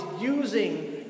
using